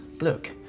look